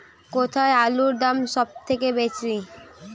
কোথায় আলুর দাম সবথেকে বেশি?